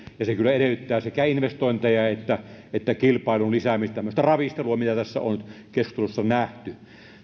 ja se kyllä edellyttää sekä investointeja että että kilpailun lisäämistä ja tämmöistä ravistelua mitä tässä on keskustelussa nähty